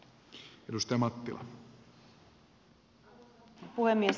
arvoisa puhemies